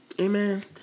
Amen